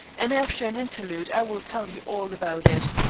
and after an interlude i will tell you all about it.